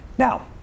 Now